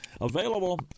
available